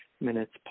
minutes